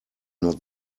not